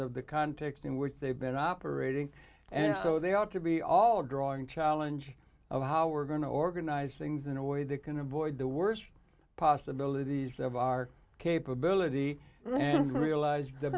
of the context in which they've been operating and so they ought to be all drawing challenge of how we're going to organize things in a way that can avoid the worst possibilities of our capability and realized the